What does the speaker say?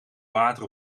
water